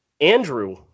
Andrew